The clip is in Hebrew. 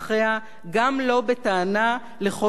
גם לא בטענה של חוסר תקציב.